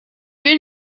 will